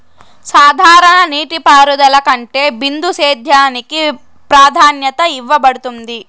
సాధారణ నీటిపారుదల కంటే బిందు సేద్యానికి ప్రాధాన్యత ఇవ్వబడుతుంది